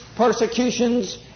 persecutions